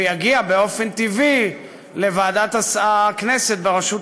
ותגיע באופן טבעי לוועדת הכנסת בראשות